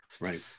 right